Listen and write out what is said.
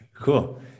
Cool